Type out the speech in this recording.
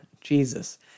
Jesus